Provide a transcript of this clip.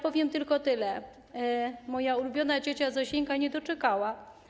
Powiem tylko tyle: moja ulubiona ciocia Zosieńka nie doczekała.